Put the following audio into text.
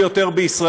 תודה,